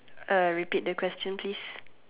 uh repeat the question please